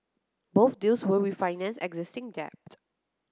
both deals will refinance existing debt